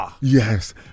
yes